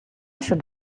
should